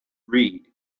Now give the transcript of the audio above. read